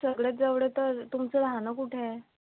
सगळ्यात जवळ तर तुमचं रहाणं कुठे आहे